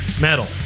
metal